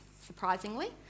surprisingly